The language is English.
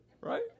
Right